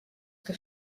que